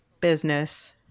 business